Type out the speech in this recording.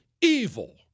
evil